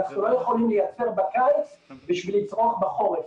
אנחנו לא יכולים לייצר בקיץ כדי לצרוך בחורף.